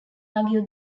argue